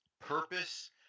purpose